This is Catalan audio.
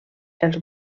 els